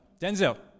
Denzel